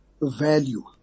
value